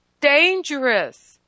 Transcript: dangerous